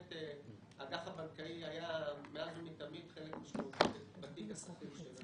האג"ח הבנקאי היה מאז ומתמיד חלק משמעותי בתיק הסחיר שלנו.